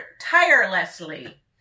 tirelessly